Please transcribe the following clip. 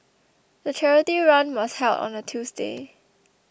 the charity run was held on a Tuesday